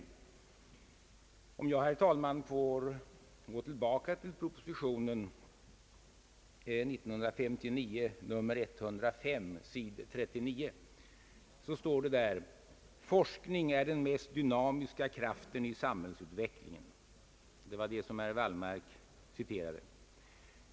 Låt mig, herr talman, gå tillbaka till propositionen nr 105 av år 1959, s. 39, där det heter: »Forskning är den mest dynamiska kraften i samhällsutvecklingen.» Det var detta som herr Wallmark citerade.